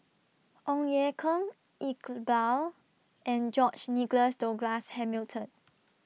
Ong Ye Kung Iqbal and George Nigel Douglas Hamilton